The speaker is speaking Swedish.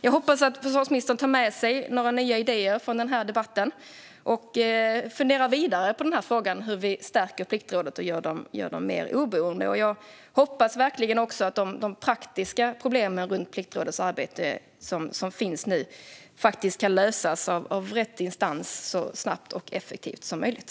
Jag hoppas att försvarsministern tar med sig några nya idéer från denna debatt och funderar vidare på denna fråga om hur vi stärker Pliktrådet och gör det mer oberoende. Jag hoppas verkligen att de praktiska problem runt Pliktrådets arbete som nu finns faktiskt kan lösas av rätt instans så snabbt och effektivt som möjligt.